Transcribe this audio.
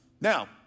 Now